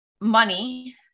money